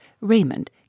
Raymond